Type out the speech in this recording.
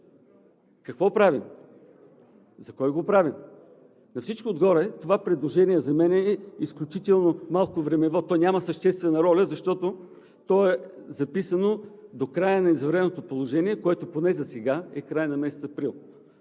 Какво правим? За кой го правим? На всичко отгоре това предложение за мен е малко времево. То няма съществена роля, защото е записано: „до края на извънредното положение“, което поне засега е краят на месец април,